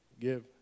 give